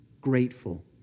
grateful